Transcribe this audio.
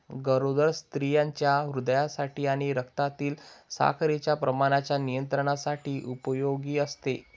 गरोदर स्त्रियांच्या हृदयासाठी आणि रक्तातील साखरेच्या प्रमाणाच्या नियंत्रणासाठी उपयोगी असते